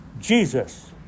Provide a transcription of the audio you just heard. Jesus